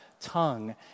tongue